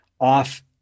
off